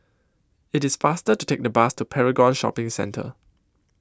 IT IS faster to Take The Bus to Paragon Shopping Centre